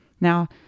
Now